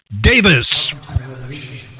Davis